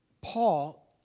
Paul